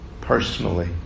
personally